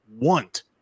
want